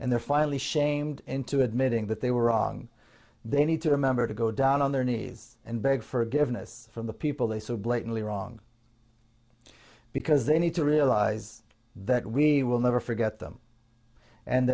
and they're finally shamed into admitting that they were wrong they need to remember to go down on their knees and beg forgiveness from the people they so blatantly wrong because they need to realize that we will never forget them and